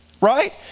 right